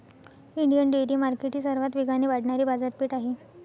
Indian dairy market ही सर्वात वेगाने वाढणारी बाजारपेठ आहे